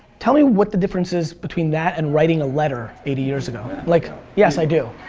tell me what the difference is between that and writing a letter eighty years ago. like, yes, i do.